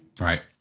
Right